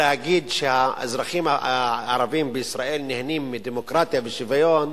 להגיד שהאזרחים הערבים בישראל נהנים מדמוקרטיה ושוויון,